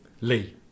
lee